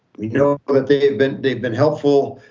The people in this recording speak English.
you know but that they've been they've been helpful.